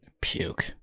Puke